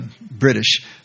British